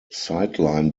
sideline